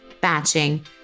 batching